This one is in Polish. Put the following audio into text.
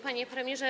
Panie Premierze!